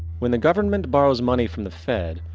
when the government borrows money from the fed,